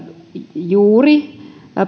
juuri